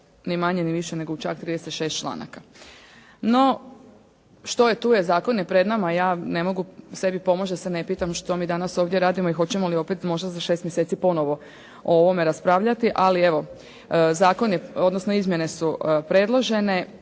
ni manje ni više nego u čak 36 članaka. No što je tu je, zakon je pred nama. Ja ne mogu sebi pomoći da se ne pitam što mi danas ovdje radimo i hoćemo li opet možda za šest mjeseci ponovo o ovome raspravljati. Ali evo, zakon je odnosno izmjene su predložene